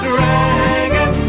Dragon